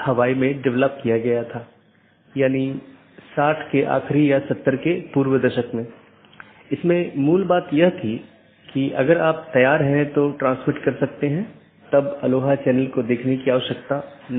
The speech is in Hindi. इसका मतलब है कि सभी BGP सक्षम डिवाइस जिन्हें BGP राउटर या BGP डिवाइस भी कहा जाता है एक मानक का पालन करते हैं जो पैकेट को रूट करने की अनुमति देता है